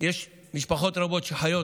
יש משפחות רבות שחיות